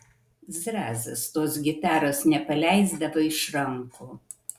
zrazas tos gitaros nepaleisdavo iš rankų